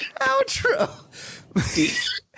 Outro